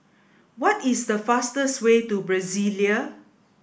what is the fastest way to Brasilia